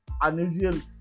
unusual